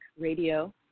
Radio